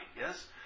yes